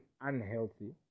unhealthy